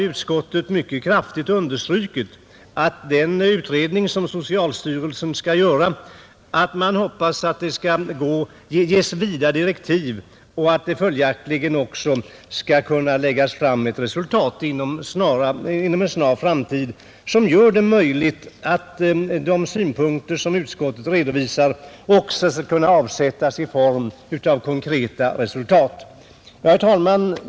Utskottet har mycket kraftigt understrukit att man hoppas att den utredning som socialstyrelsen skall göra ges vida direktiv och att det följaktligen också skall kunna lägga fram ett resultat inom en snar framtid som gör att de synpunkter som utskottet redovisar kan avsätta konkreta resultat. Herr talman!